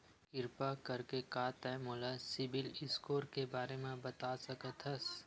किरपा करके का तै मोला सीबिल स्कोर के बारे माँ बता सकथस?